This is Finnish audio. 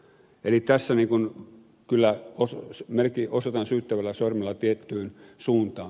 eli tässä kyllä osoitan syyttävällä sormella tiettyyn suuntaan